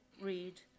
read